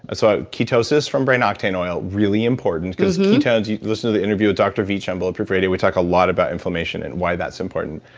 ah so ketosis from brain octane oil, really important, because ketones, if you listen to the interview with dr. veech, on bulletproof radio, we talk a lot about inflammation, and why that's important.